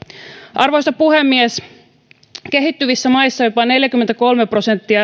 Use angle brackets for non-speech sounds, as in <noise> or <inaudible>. arvoisa puhemies kehittyvissä maissa jopa neljäkymmentäkolme prosenttia <unintelligible>